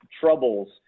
troubles